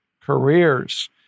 careers